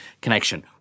connection